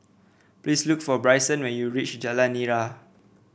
please look for Bryson when you reach Jalan Nira